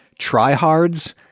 tryhards